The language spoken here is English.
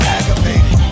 Aggravated